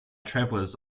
travelers